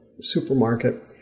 supermarket